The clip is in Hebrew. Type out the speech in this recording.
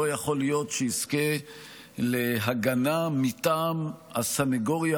לא יכול להיות שיזכה להגנה מטעם הסנגוריה